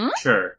Sure